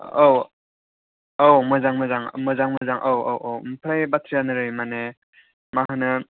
औ औ मोजां मोजां मोजां औ औ औ औ आमफ्राय बाथ्रायानो नोरै माने मा होनो